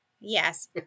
Yes